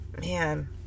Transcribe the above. Man